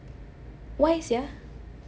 why sia